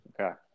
Okay